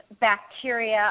bacteria